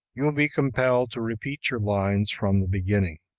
you will be compelled to repeat your lines from the beginning.